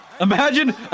imagine